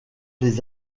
les